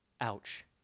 Ouch